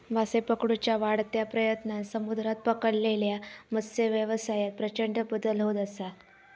मासे पकडुच्या वाढत्या प्रयत्नांन समुद्रात पकडलेल्या मत्सव्यवसायात प्रचंड बदल होत असा